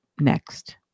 next